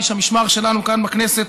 איש המשמר שלנו כאן בכנסת,